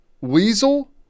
Weasel